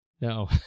No